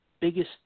biggest